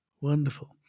Wonderful